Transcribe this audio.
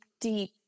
deep